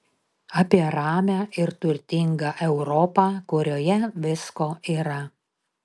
apie ramią ir turtingą europą kurioje visko yra